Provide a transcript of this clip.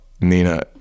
Nina